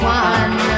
one